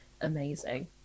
amazing